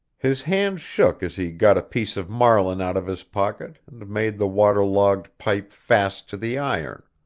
his hand shook as he got a piece of marline out of his pocket, and made the water-logged pipe fast to the iron.